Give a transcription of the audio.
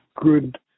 good